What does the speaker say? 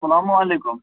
سلام علیکُم